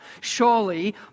Surely